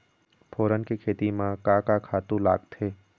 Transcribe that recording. फोरन के खेती म का का खातू लागथे?